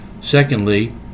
Secondly